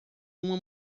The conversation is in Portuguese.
uma